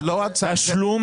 תשלום,